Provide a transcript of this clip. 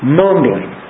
mumbling